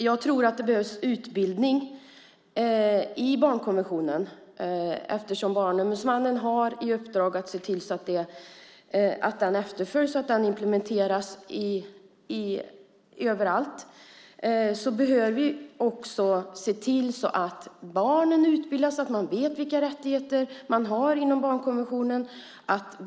Jag tror att det behövs utbildning i barnkonventionen. Eftersom Barnombudsmannen har i uppdrag att se till att den efterföljs och implementeras överallt behöver vi se till att barnen utbildas så att de vet vilka rättigheter de har inom barnkonventionen.